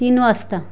तीन वाजता